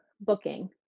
booking